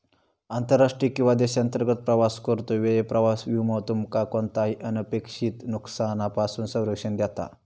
आंतरराष्ट्रीय किंवा देशांतर्गत प्रवास करतो वेळी प्रवास विमो तुमका कोणताही अनपेक्षित नुकसानापासून संरक्षण देता